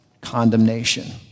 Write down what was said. condemnation